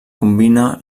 combina